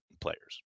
players